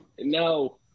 No